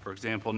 for example